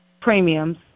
premiums